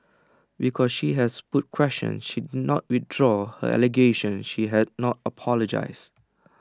because she has put questions she did not withdraw her allegation she has not apologised